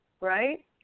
Right